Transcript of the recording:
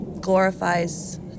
glorifies